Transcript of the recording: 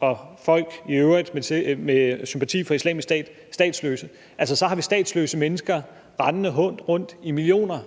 og folk i øvrigt, som har sympati for Islamisk Stat, statsløse. Altså, så har vi statsløse mennesker rendende rundt i millioner